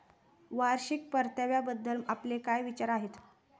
वार्षिक परताव्याबद्दल आपले काय विचार आहेत?